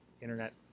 internet